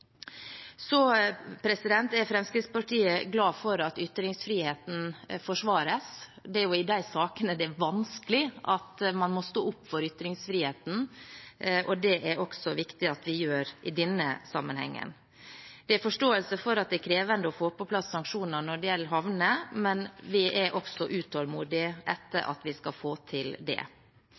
er glad for at ytringsfriheten forsvares. Det er jo i de sakene der det er vanskelig, at man må stå opp for ytringsfriheten, og det er det også viktig at vi gjør i denne sammenhengen. Det er forståelse for at det er krevende å få på plass sanksjoner når det gjelder havner, men vi er utålmodige etter å få det til. Så er det